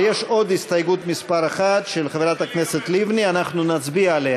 כהצעת הוועדה, נתקבל.